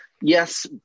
Yes